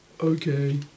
Okay